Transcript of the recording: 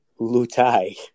Lutai